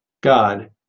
God